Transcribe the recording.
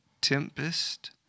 tempest